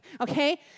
okay